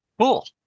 Cool